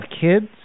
kids